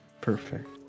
perfect